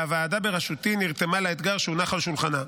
והוועדה בראשותי נענתה לאתגר שהונח על שולחנה.